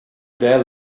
there